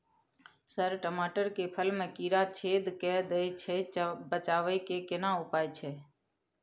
Sir टमाटर के फल में कीरा छेद के दैय छैय बचाबै के केना उपाय छैय?